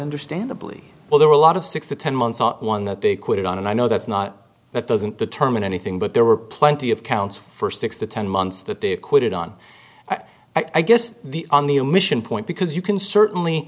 understandably well there are a lot of six to ten months not one that they quit on and i know that's not that doesn't determine anything but there were plenty of counts for six to ten months that they acquitted on i guess the on the omission point because you can certainly